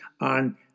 on